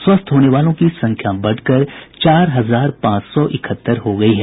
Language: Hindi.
स्वस्थ होने वालों की संख्या बढ़कर चार हजार पांच सौ इकहत्तर हो गयी है